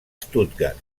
stuttgart